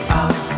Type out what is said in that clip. out